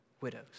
widows